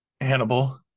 hannibal